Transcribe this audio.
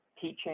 teaching